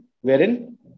wherein